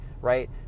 right